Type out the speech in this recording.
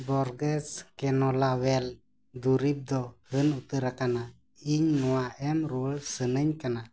ᱫᱩᱨᱤᱵᱽ ᱫᱚ ᱦᱟᱹᱱ ᱩᱛᱟᱹᱨ ᱟᱠᱟᱱᱟ ᱤᱧ ᱱᱚᱣᱟ ᱮᱢ ᱨᱩᱣᱟᱹᱲ ᱥᱟᱱᱟᱧ ᱠᱟᱱᱟ